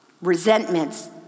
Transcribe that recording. resentments